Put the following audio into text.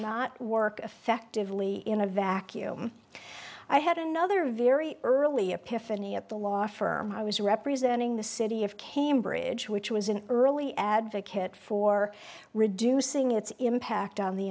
not work effectively in a vacuum i had another very early appear fanie at the law firm i was representing the city of cambridge which was an early advocate for reducing its impact on the